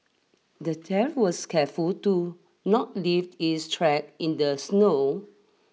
the thief was careful to not leave his track in the snow